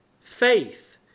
faith